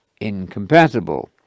incompatible